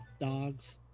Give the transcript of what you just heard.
dogs